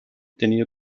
tenido